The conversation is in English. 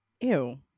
ew